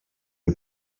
heu